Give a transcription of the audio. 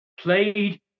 Played